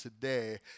today